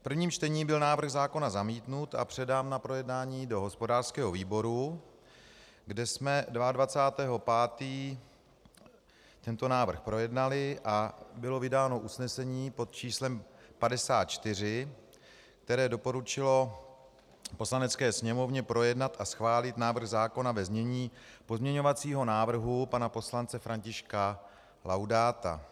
V prvním čtení byl návrh zákona zamítnut a předán na projednání do hospodářského výboru, kde jsme 22. 5. tento návrh projednali a bylo vydáno usnesení pod číslem 54, které doporučilo Poslanecké sněmovně projednat a schválit návrh zákona ve znění pozměňovacího návrhu Františka Laudáta.